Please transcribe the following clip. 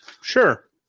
Sure